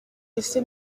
ese